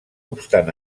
obstant